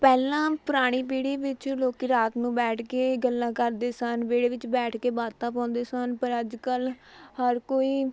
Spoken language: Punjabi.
ਪਹਿਲਾਂ ਪੁਰਾਣੀ ਪੀੜ੍ਹੀ ਵਿੱਚ ਲੋਕ ਰਾਤ ਨੂੰ ਬੈਠ ਕੇ ਗੱਲਾਂ ਕਰਦੇ ਸਨ ਵਿਹੜੇ ਵਿੱਚ ਬੈਠ ਕੇ ਬਾਤਾਂ ਪਾਉਂਦੇ ਸਨ ਪਰ ਅੱਜ ਕੱਲ੍ਹ ਹਰ ਕੋਈ